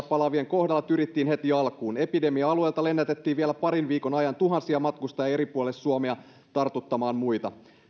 palaavien kohdalla tyrittiin heti alkuun epidemia alueilta lennätettiin vielä parin viikon ajan tuhansia matkustajia eri puolille suomea tartuttamaan muita